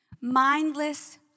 mindless